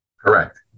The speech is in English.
Correct